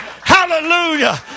Hallelujah